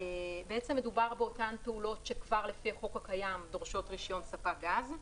מדובר באותן פעולות שכבר לפי החוק הקיים דורשות רישיון ספק גז,